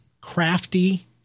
crafty